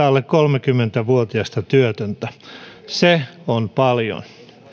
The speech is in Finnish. alle kolmekymmentä vuotiasta työtöntä se on paljon